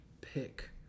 pick